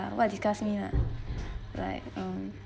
uh what disgusts me uh like um